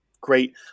great